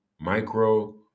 micro